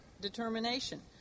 determination